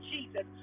Jesus